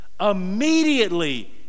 immediately